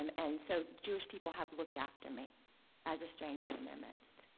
um and so, jewish people have looked after me as a stranger in their midst.